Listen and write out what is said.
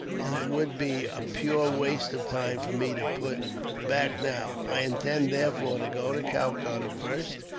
and it would be a pure waste of time for me to put back now. i intend, therefore, to go to calcutta first,